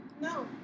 No